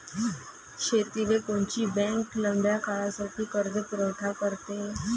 शेतीले कोनची बँक लंब्या काळासाठी कर्जपुरवठा करते?